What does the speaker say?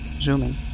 zooming